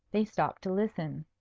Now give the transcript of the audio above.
they stopped to listen.